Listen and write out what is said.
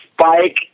Spike